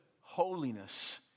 holiness